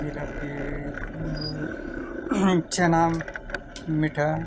ᱡᱷᱤᱞᱟᱯᱤ ᱮᱱᱠᱷᱚᱱ ᱫᱚ ᱪᱷᱮᱱᱟ ᱢᱤᱴᱷᱟ